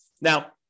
Now